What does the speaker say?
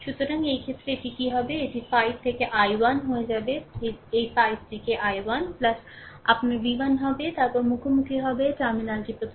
সুতরাং এই ক্ষেত্রে এটি কী হবে এটি 5 থেকে i1 হয়ে যাবে এই 5টিকে i1 আপনার v1 হবে তারপরে মুখোমুখি হবে টার্মিনালটি প্রথমে